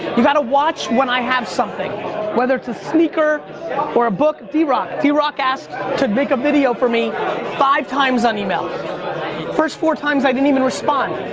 you gotta watch when i have something whether it's a sneaker or a book. d rock, d rock asked to make a video for me five times on email. the first four times i didn't even respond.